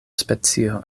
specio